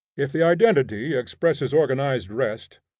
if the identity expresses organized rest,